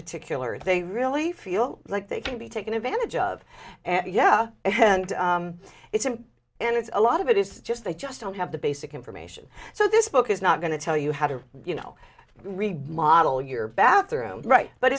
particular they really feel like they can be taken advantage of and yeah and it's an and it's a lot of it is just they just don't have the basic information so this book not going to tell you how to you know model your bathroom right but